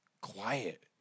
quiet